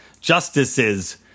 Justices